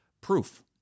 proof